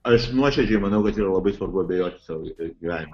aš nuoširdžiai manau kad yra labai svarbu abejoti savo gyvenimą